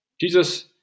Jesus